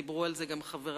דיברו על זה גם חברי,